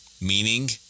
Meaning